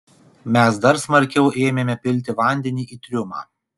mes dar smarkiau ėmėme pilti vandenį į triumą